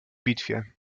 bitwie